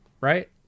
right